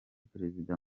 perezida